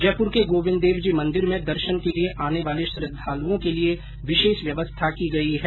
जयपुर के गोविन्द देव जो मंदिर में दर्शन के लिए आने वाले श्रद्धालुओं के लिए विशेष व्यवस्था की गई है